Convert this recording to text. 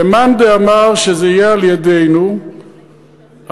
ולמאן דאמר שזה יהיה על-ידינו אני